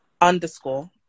underscore